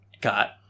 got